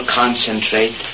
concentrate